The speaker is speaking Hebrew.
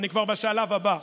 אני כבר בשלב הבא.